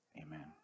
Amen